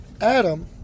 Adam